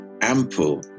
ample